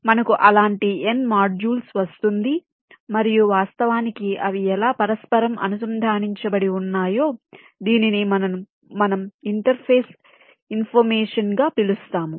మనకు అలాంటి n modules వస్తుంది మరియు వాస్తవానికి అవి ఎలా పరస్పరం అనుసంధానించబడి ఉన్నాయో దీనిని మనం ఇంటర్ఫేస్ ఇన్ఫర్మేషన్ గా పిలుస్తాము